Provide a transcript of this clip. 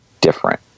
different